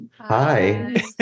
Hi